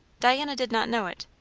diana did not know it.